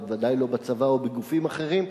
וודאי לא בצבא ובגופים אחרים,